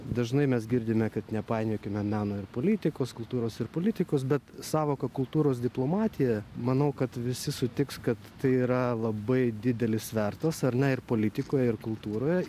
dažnai mes girdime kad nepainiokime meno ir politikos kultūros ir politikos bet sąvoka kultūros diplomatija manau kad visi sutiks kad tai yra labai didelis svertas ar ne ir politikoje ir kultūroje